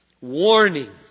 warning